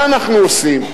מה אנחנו עושים?